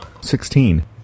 Sixteen